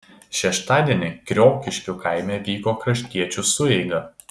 šeštadienį kriokiškių kaime vyko kraštiečių sueiga